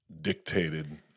dictated